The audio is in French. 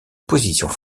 positions